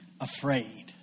afraid